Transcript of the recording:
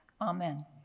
Amen